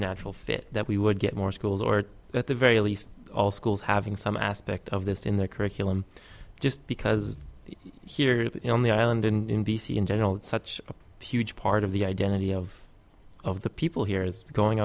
natural fit that we would get more schools or at the very least all schools having some aspect of this in their curriculum just because here on the island in d c in general such a huge part of the identity of of the people here is going